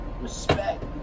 Respect